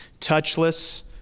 touchless